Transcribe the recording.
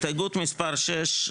הסתייגות מספר 6,